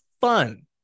fun